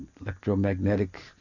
electromagnetic